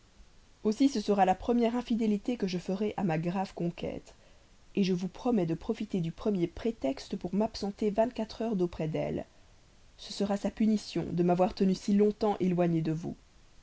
aussi ce sera la première infidélité que je ferai à ma grave conquête je vous promets de profiter du premier prétexte pour m'absenter vingt-quatre heures d'auprès d'elle ce sera sa punition de m'avoir tenu si longtemps éloigné de vous